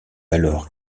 alors